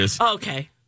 okay